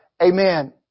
Amen